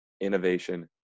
Innovation